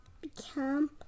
become